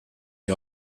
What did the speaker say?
die